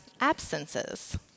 absences